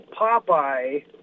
Popeye